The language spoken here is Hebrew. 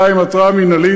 2. התראה מינהלית,